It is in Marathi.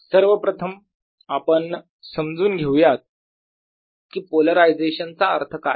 सर्वप्रथम आपण समजून घेऊयात की पोलरायझेशन चा अर्थ काय